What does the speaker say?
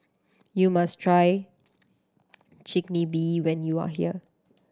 you must try Chigenabe when you are here